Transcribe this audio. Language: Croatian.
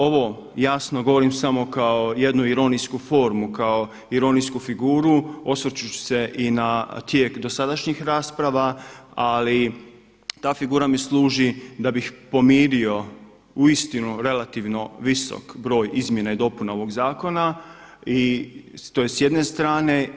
Ovo jasno govorim samo kao jednu ironijsku formu, kao ironijsku figuru osvrćući se i na tijek dosadašnjih rasprava ali i ta figura mi služi da bih pomirio uistinu relativno visok broj izmjena i dopuna ovog zakona i to je s jedne strane.